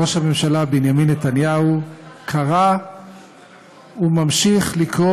ראש הממשלה בנימין נתניהו קרא וממשיך לקרוא